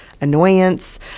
annoyance